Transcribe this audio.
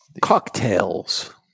cocktails